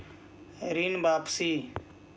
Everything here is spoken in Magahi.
ऋण वापसी?